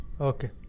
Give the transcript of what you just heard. Okay